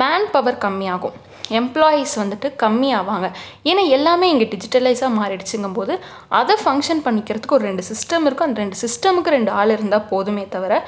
manpower கம்மியாகும் employees வந்துவிட்டு கம்மியாவாங்க ஏன்னா எல்லாமே இங்கே டிஜிட்டலைஸாக மாறிடுச்சிங்கும்போது அதை ஃபங்க்ஷன் பண்ணிக்கிறத்துக்கு ஒரு ரெண்டு சிஸ்டம் இருக்கும் அந் ரெண்டு சிஸ்டமுக்கு ரெண்டு ஆள் இருந்தால் போதுமே தவிர